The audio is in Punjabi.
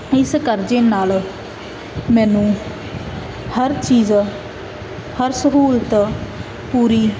ਇਸ ਕਰਜ਼ੇ ਨਾਲ ਮੈਨੂੰ ਹਰ ਚੀਜ਼ ਹਰ ਸਹੂਲਤ ਪੂਰੀ